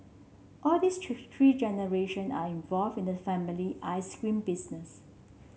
all this three three generation are involved in the family ice cream business